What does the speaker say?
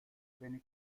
beni